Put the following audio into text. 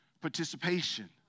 participation